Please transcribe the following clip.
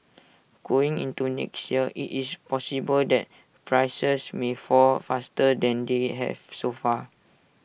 going into next year IT is possible that prices may fall faster than they have so far